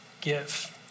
give